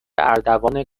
اردوان